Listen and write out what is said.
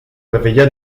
réveilla